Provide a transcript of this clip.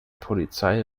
polizei